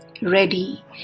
Ready